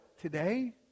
today